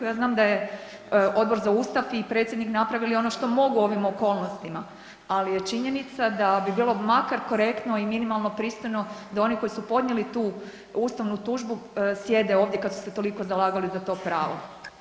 Ja znam da je Odbor za Ustav i predsjednik napravili ono što mogu u ovim okolnostima, ali je činjenica da bi bilo makar korektno i minimalno pristojno da oni koji su podnijeli tu ustavnu tužbu sjede ovdje kad su se toliko zalagali za to pravo.